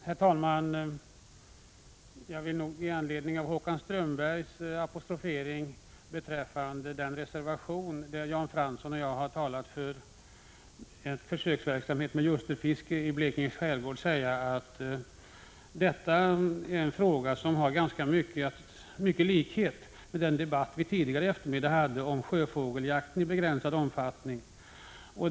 Herr talman! Med anledning av Håkan Strömbergs apostrofering beträffande den reservation där Jan Fransson och jag har talat för en försöksverksamhet med ljusterfiske i Blekinge skärgård, vill jag säga att detta är en fråga som har ganska stor likhet med den fråga som vi debatterade tidigare denna eftermiddag om sjöfågeljakt i begränsad omfattning.